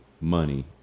money